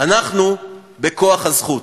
אנחנו בכוח הזכות.